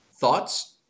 thoughts